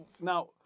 Now